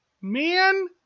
man